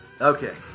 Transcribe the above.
Okay